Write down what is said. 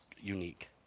unique